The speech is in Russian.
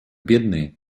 бедные